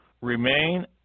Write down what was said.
Remain